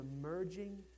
emerging